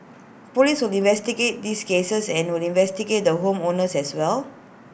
Police will investigate these cases and we'll investigate the home owners as well